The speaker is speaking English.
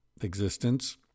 existence